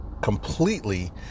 completely